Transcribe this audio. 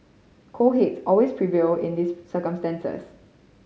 cool heads always prevail in these circumstances